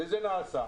וזה נעשה.